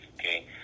Okay